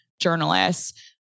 journalists